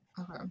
okay